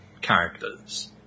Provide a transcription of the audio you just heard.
characters